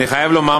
אני חייב לומר,